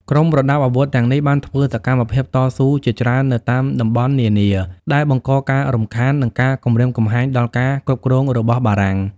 ក្រុមប្រដាប់អាវុធទាំងនេះបានធ្វើសកម្មភាពតស៊ូជាច្រើននៅតាមតំបន់នានា ដែលបង្កការរំខាន និងការគំរាមកំហែងដល់ការគ្រប់គ្រងរបស់បារាំង។